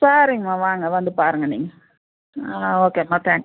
சரிங்கமா வாங்க வந்து பாருங்க நீங்கள் ஆ ஓகேம்மா தேங்க்ஸ்